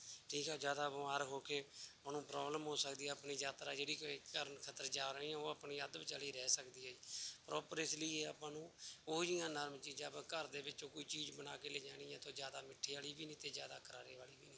ਠੀਕ ਹੈ ਜ਼ਿਆਦਾ ਬਿਮਾਰ ਹੋ ਕੇ ਤੁਹਾਨੂੰ ਪ੍ਰੋਬਲਮ ਹੋ ਸਕਦੀ ਆਪਣੀ ਯਾਤਰਾ ਜਿਹੜੀ ਕੋਈ ਕਰਨ ਖਾਤਰ ਜਾ ਰਹੇ ਆ ਉਹ ਆਪਣੀ ਅੱਧ ਵਿਚਾਲੇ ਹੀ ਰਹਿ ਸਕਦੀ ਹੈ ਪ੍ਰੋਪਰ ਇਸ ਲਈ ਇਹ ਆਪਾਂ ਨੂੰ ਉਹ ਜਿਹੀਆਂ ਨਰਮ ਚੀਜ਼ਾਂ ਆਪਾਂ ਘਰ ਦੇ ਵਿੱਚ ਕੋਈ ਚੀਜ਼ ਬਣਾ ਕੇ ਲੈ ਜਾਣੀ ਹੈ ਤਾਂ ਉਹ ਜ਼ਿਆਦਾ ਮਿੱਠੀ ਵਾਲੀ ਵੀ ਨਹੀਂ ਅਤੇ ਜ਼ਿਆਦਾ ਕਰਾਰੇ ਵਾਲੀ ਵੀ ਨਹੀਂ